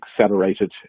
accelerated